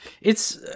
It's-